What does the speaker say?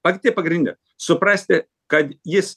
pati pagrindinė suprasti kad jis